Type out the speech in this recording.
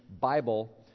Bible